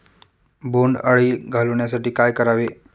बोंडअळी घालवण्यासाठी काय करावे?